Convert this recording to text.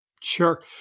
Sure